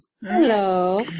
Hello